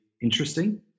interesting